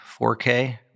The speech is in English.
4k